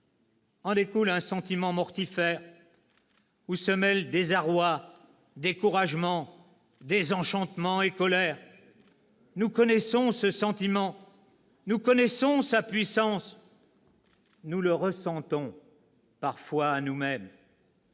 En découle un sentiment mortifère où se mêlent désarroi, découragement, désenchantement et colère. Nous connaissons ce sentiment. Nous connaissons sa puissance. Nous le ressentons parfois nous-mêmes.